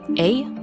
a,